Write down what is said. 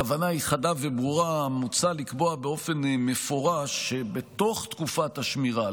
הכוונה היא חדה וברורה: מוצע לקבוע באופן מפורש שבתוך תקופת השמירה,